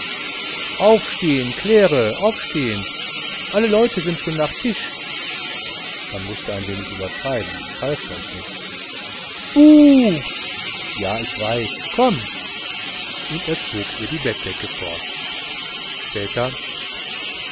aufstehen claire aufstehen alle leute sind schon nach tisch man mußte ein wenig übertreiben es half sonst nichts buh ja ich weiß komm und zog ihr die bettdecke fort später